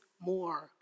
more